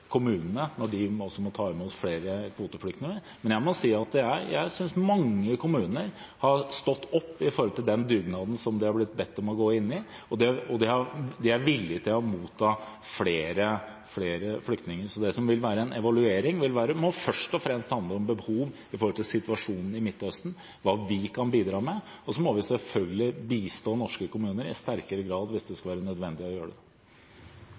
kommunene når de nå skal ta imot flere kvoteflyktninger. Men jeg må si at jeg synes mange kommuner har stått opp med tanke på den dugnaden som man er bedt om å gå inn i, og man er villig til å motta flere flyktninger. Det som vil være en evaluering, må først og fremst handle om behov med tanke på situasjonen i Midtøsten og hva vi kan bidra med. Så må vi selvfølgelig bistå norske kommuner i sterkere grad, hvis det skulle bli nødvendig å gjøre det.